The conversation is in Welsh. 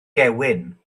gewyn